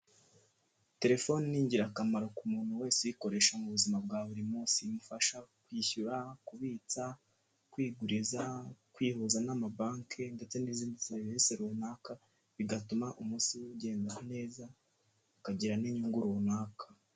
Terefoni n'ingirakamaro ku muntu wese ikoresha mu buzima bwa buri munsi, imufasha kwishyura, kubitsa, kwiguriza, kwihuza n'amabanki ndetse n'izindi serivisi runaka bigatuma umunsi we ugenda neza ukagira n'inyungu runaka.